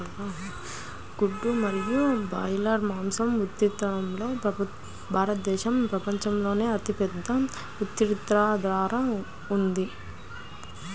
గుడ్లు మరియు బ్రాయిలర్ మాంసం ఉత్పత్తిలో భారతదేశం ప్రపంచంలోనే అతిపెద్ద ఉత్పత్తిదారుగా ఉంది